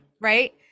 right